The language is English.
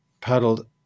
paddled